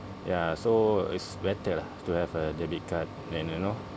ya so it's better lah to have a debit card than you know